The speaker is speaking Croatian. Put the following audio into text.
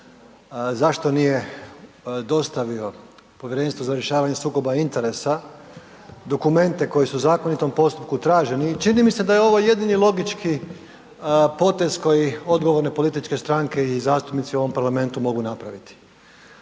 zašto nije dostavio Povjerenstvu za rješavanje sukoba interesa dokumente koji su u zakonitom postupku traženi, čini mi se da je ovo jedini logički potez koji odgovorne političke stranke i zastupnici u ovom parlamentu mogu napraviti,